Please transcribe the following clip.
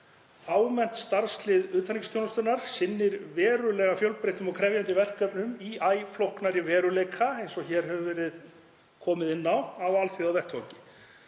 Fámennt starfslið utanríkisþjónustunnar sinnir verulega fjölbreyttum og krefjandi verkefnum í æ flóknari veruleika, eins og hér hefur verið komið inn á, á alþjóðavettvangi.